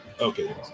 Okay